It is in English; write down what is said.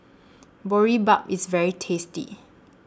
Boribap IS very tasty